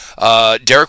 Derek